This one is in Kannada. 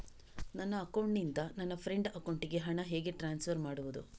ನನ್ನ ಅಕೌಂಟಿನಿಂದ ನನ್ನ ಫ್ರೆಂಡ್ ಅಕೌಂಟಿಗೆ ಹಣ ಹೇಗೆ ಟ್ರಾನ್ಸ್ಫರ್ ಮಾಡುವುದು?